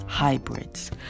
Hybrids